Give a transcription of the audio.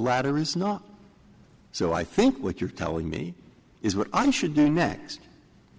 latter is not so i think what you're telling me is what i should do next